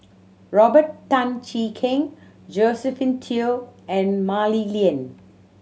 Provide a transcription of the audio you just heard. Robert Tan Jee Keng Josephine Teo and Mah Li Lian